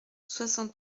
soixante